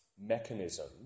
mechanism